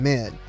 Men